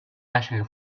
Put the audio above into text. national